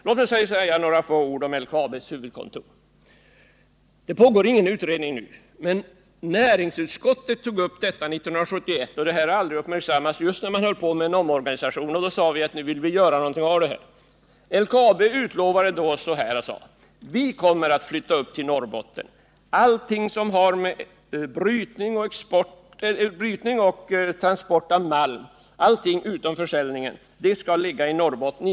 Låt mig sedan säga några få ord om LKAB:s huvudkontor. Det pågår ingen utredning nu. Men näringsutskottet tog upp denna fråga 1971, just som man höll på med en omorganisation. Utskottet ville då göra någonting åt det hela. LKAB förklarade: Vi kommer att flytta till Norrbotten. Allt som har med brytning och transport av malm att göra, allt utom försäljningen, skall ligga i Norrbotten.